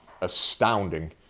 astounding